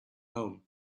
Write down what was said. home